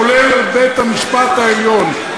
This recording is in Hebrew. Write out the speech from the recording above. כולל על בית-המשפט העליון.